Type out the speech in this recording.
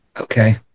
Okay